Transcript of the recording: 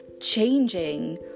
changing